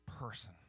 person